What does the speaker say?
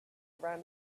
around